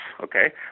Okay